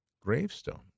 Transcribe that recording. gravestone